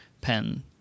pen